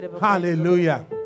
Hallelujah